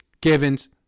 Givens